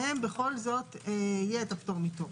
בהם בכל זאת יהיה את הפטור מתור,